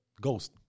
ghost